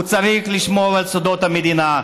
הוא צריך לשמור על סודות המדינה.